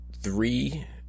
three